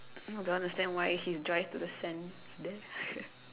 not don't understand why he drive to the sand there